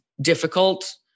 difficult